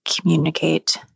communicate